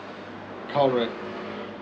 correct